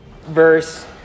verse